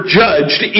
judged